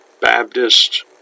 Baptist